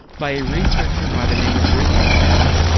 by a researcher by the name of richard kennedy,